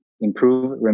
improve